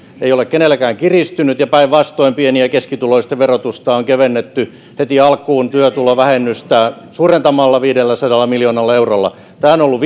ei ole kenelläkään kiristynyt ja päinvastoin pieni ja keskituloisten verotusta on kevennetty heti alkuun työtulovähennystä suurentamalla viidelläsadalla miljoonalla eurolla tämä on ollut